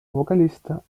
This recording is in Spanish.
vocalista